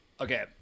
okay